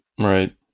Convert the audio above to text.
Right